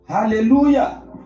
Hallelujah